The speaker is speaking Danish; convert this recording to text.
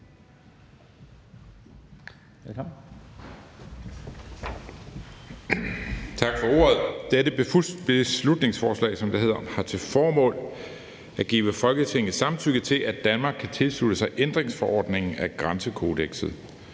Tak for ordet. Dette beslutningsforslag har til formål at give Folketingets samtykke til, at Danmark kan tilslutte sig ændringsforordningen af Schengengrænsekodeksen.